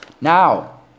now